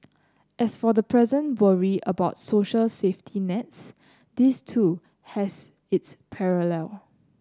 as for the present worry about social safety nets this too has its parallel